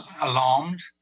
alarmed